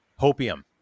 Hopium